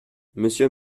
monsieur